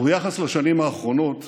וביחס לשנים האחרונות,